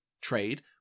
Trade